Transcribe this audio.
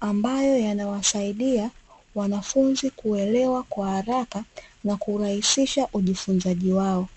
ambayo yanawasaidia wanafunzi kuelewa kwa haraka na kurahisisha ujifunzaji wao